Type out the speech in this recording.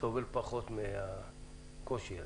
סובל פחות מהקושי הזה.